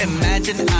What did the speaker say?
Imagine